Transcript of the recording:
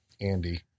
Andy